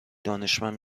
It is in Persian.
دانشمند